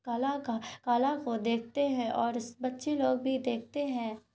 کلا کا کلا کو دیکھتے ہیں اور اس بچے لوگ بھی دیکھتے ہیں